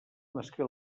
nasqué